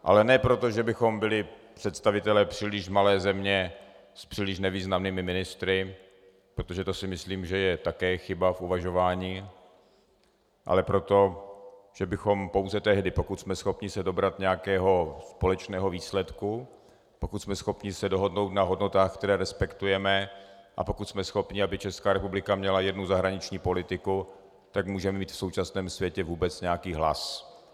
Ale ne proto, že bychom byli představitelé příliš malé země s příliš nevýznamnými ministry, protože to si myslím, že je také chyba v uvažování, ale proto, že pouze tehdy, pokud jsme schopni se dobrat nějakého společného výsledku, pokud jsme schopni se dohodnout na hodnotách, které respektujeme, a pokud jsme schopni, aby Česká republika měla jednu zahraniční politiku, můžeme mít v současném světě vůbec nějaký hlas.